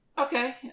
Okay